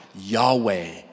Yahweh